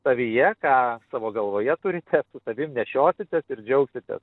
savyje ką savo galvoje turite su savim nešiositės ir džiaugsitės